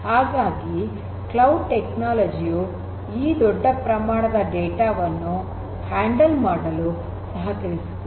ಹಾಗಾಗಿ cloud technology ಯು ಈ ದೊಡ್ಡ ಪ್ರಮಾಣದ ಡೇಟಾ ವನ್ನು ನಿರ್ವಹಣೆ ಮಾಡಲು ಸಹಕರಿಸುತ್ತದೆ